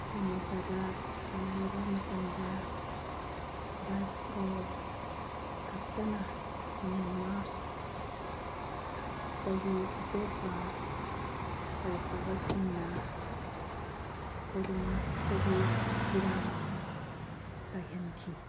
ꯁꯃꯨꯗ꯭ꯔꯥꯗ ꯂꯩꯕ ꯃꯇꯝꯗ ꯕꯥꯏꯁꯔꯣꯏ ꯈꯛꯇꯅ ꯃꯦꯟꯃꯥꯁꯇꯒꯤ ꯑꯇꯣꯞꯄ ꯊꯧ ꯄꯨꯕꯁꯤꯡꯅ ꯄꯨꯔꯤꯃꯥꯁꯇꯒꯤ ꯐꯤꯔꯥꯜ ꯄꯥꯏꯍꯟꯈꯤ